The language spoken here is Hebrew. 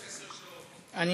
כלומר העסק שלו.) ציבור הצופים.